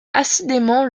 assidûment